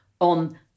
on